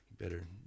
Better